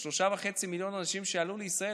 ל-3 מיליון ו-300,000 אנשים שעלו לישראל,